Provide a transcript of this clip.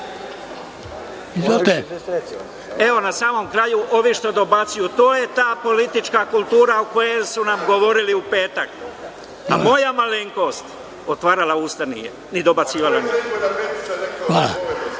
vas, evo, na samom kraju, ove što dobacuju, to je ta politička kultura o kojoj su nam govorili u petak, a moja malenkost otvarala usta nije, ni dobacivala